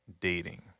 dating